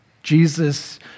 Jesus